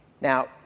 Now